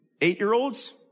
Eight-year-olds